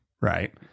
right